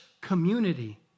community